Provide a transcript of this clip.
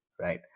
right